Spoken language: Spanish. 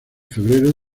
febrero